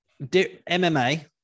MMA